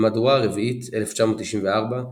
המהדורה הרביעית 1994,